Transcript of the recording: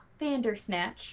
VanderSnatch